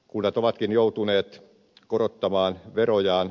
kunnat ovatkin joutuneet korottamaan verojaan